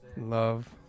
Love